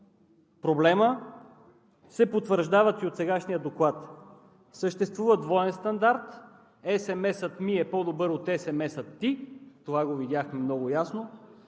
проблема се потвърждават и от сегашния доклад. Съществува двоен стандарт, „есемесът ми е по-добър от есемеса ти“ – това го видяхме много ясно.